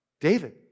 David